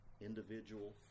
individual